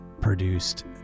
produced